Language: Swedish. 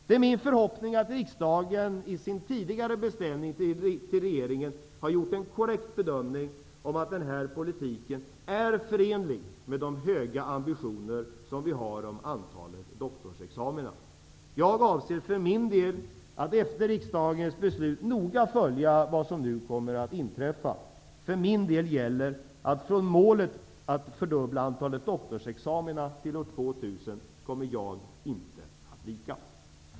Det är min förhoppning att riksdagen i sin tidigare beställning till regeringen har gjort en korrekt bedömning om att den här politiken är förenlig med de höga ambitioner som vi har om antalet doktorsexamina. Jag avser att efter riksdagens beslut noga följa vad som kommer att inträffa. Jag kommer inte att vika från målet att fördubbla antalet doktorsexamina till år 2000. Herr talman!